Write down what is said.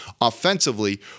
offensively